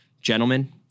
gentlemen